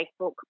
Facebook